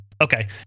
Okay